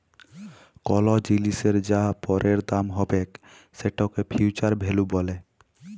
call জিলিসের যা পরের দাম হ্যবেক সেটকে ফিউচার ভ্যালু ব্যলে